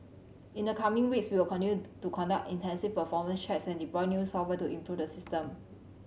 in the coming weeks we will to conduct intensive performance checks and deploy new software to improve the system